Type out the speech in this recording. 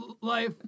life